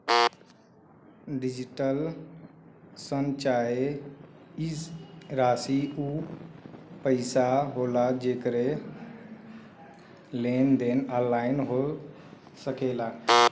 digital शन चाहे ई राशी ऊ पइसा होला जेकर लेन देन ऑनलाइन हो सकेला